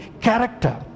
character